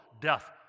death